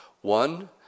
One